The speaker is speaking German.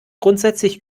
grundsätzlich